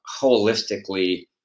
holistically